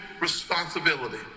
responsibility